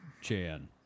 Chan